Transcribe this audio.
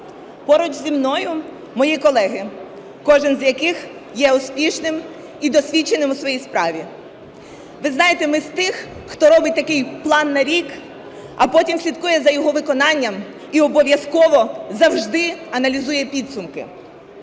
Поруч зі мною мої колеги, кожен з яких є успішним і досвідченим у своїй справі. Ви знаєте, ми з тих, хто робить такий план на рік, а потім слідкує за його виконанням і обов'язково завжди аналізує підсумки.